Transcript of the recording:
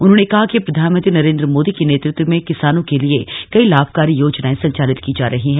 उन्होंने कहा कि प्रधानमंत्री नरेंद्र मोदी के नेतृत्व में किसानों के लिए कई लाभकारी योजनाएं संचालित की जा रही हैं